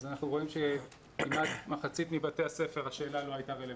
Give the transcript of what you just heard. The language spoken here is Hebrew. אנחנו רואים שלכמעט מחצית מבתי הספר,